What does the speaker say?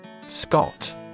Scott